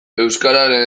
euskararen